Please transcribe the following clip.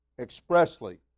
expressly